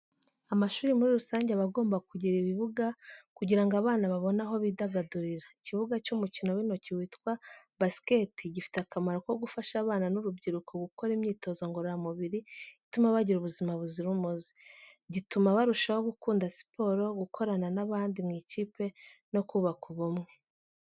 Amashuri muri rusange aba agomba kugira ibibuga kugira ngo abana babone aho bidagadurira. Ikibuga cy’umukino w’intoki witwa basiketi gifite akamaro ko gufasha abana n’urubyiruko gukora imyitozo ngororamubiri ituma bagira ubuzima buzira umuze. Gituma barushaho gukunda siporo, gukorana n’abandi mu ikipe no kubaka ubumwe.